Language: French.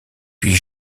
puis